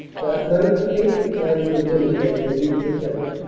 that night the eighth. battalion, of winnipeg, relieved the tenth.